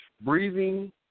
Breathing